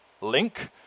link